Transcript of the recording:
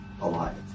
alive